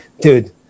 dude